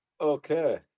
Okay